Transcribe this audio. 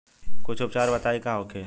कुछ उपचार बताई का होखे?